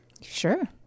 Sure